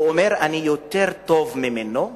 הוא אומר: אני יותר טוב ממנו,